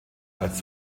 als